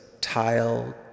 tile